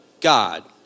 God